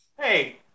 Hey